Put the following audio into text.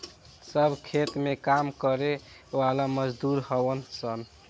सब खेत में काम करे वाला मजदूर हउवन सन